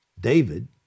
David